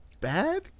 bad